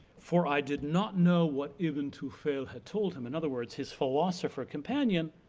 for i did not know what ibn tufayl had told him. in other words, his philosopher companion